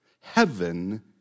heaven